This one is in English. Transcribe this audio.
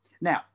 Now